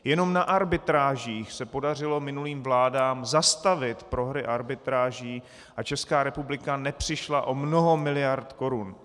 Jenom na arbitrážích se podařilo minulým vládám zastavit prohry arbitráží a Česká republika nepřišla o mnoho miliard korun.